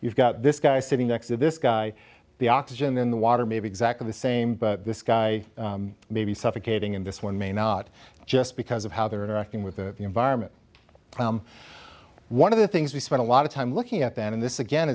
you've got this guy sitting next to this guy the oxygen in the water may be exactly the same but this guy may be suffocating in this one may not just because of how they're interacting with the environment one of the things we spend a lot of time looking at them in this again